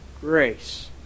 grace